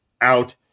out